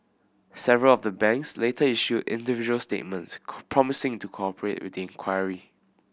several of the banks later issued individual statements promising to cooperate with the inquiry